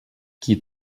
qui